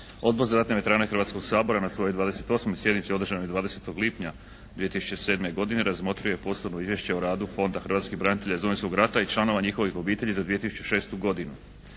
Odbor za ratne veterane Hrvatskoga sabora na svojoj 28. sjednici održanoj 20. lipnja 2007. godine razmotrio je Poslovno izvješće o radu Fonda hrvatskih branitelja iz Domovinskog rata i članova njihovih obitelji za 2006. godinu